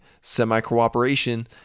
semi-cooperation